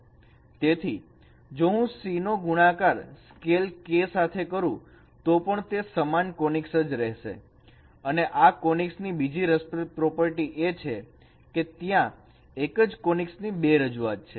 તેથી જો હું C નો ગુણાકાર સ્કેલ k સાથે કરું તો પણ તે સમાન કોનીક્સ જ રહેશે અને આ કોનીક્સ ની બીજી રસપ્રદ પ્રોપર્ટી એ છે કે ત્યાં એક જ કોનીક્સ ની બે રજૂઆત છે